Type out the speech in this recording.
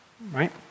right